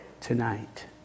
Tonight